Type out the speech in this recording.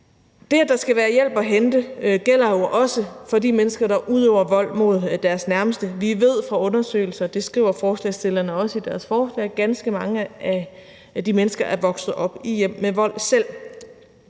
Det, at der skal være hjælp at hente, gælder jo også for de mennesker, der udøver vold mod deres nærmeste. Vi ved fra undersøgelser – det skriver forslagsstillerne også i deres forslag – at ganske mange af de mennesker selv er vokset op i hjem med